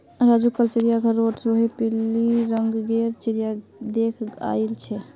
राजू कल चिड़ियाघर रोड रोहित पिली रंग गेर चिरया देख याईल छे